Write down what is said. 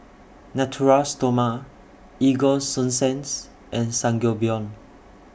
Natura Stoma Ego Sunsense and Sangobion